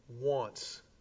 wants